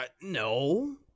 No